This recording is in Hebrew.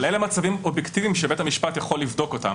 אלה מצבים אובייקטיבים שבית המשפט יכול לבדוק אותם,